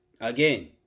again